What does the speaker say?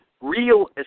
real